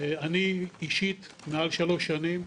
אני אישית מעל שלוש שנים.